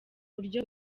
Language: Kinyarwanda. buryo